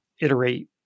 iterate